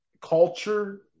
culture